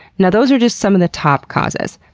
and those are just some of the top causes.